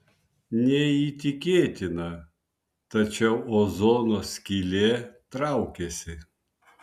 neįtikėtina tačiau ozono skylė traukiasi